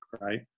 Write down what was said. right